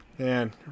Man